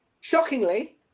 shockingly